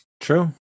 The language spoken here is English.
true